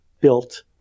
built